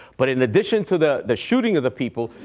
but in addition to the the shooting of the people,